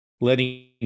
letting